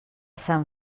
sant